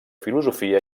filosofia